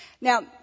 Now